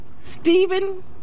Stephen